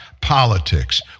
politics